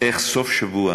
על סוף שבוע